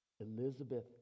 Elizabeth